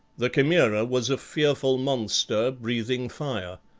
the chimaera was a fearful monster, breathing fire.